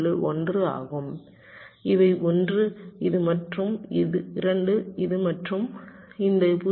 1 ஆகும் இவை ஒன்று இது மற்றும் 2 இது மற்றும் இந்த 0